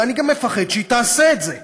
ואני גם מפחד שהיא תעשה את זה.